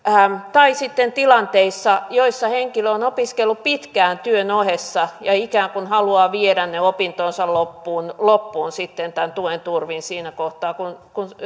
tai sitten tilanteita joissa henkilö on opiskellut pitkään työn ohessa ja ikään kuin haluaa sitten viedä ne opintonsa loppuun loppuun tämän tuen turvin siinä kohtaa kun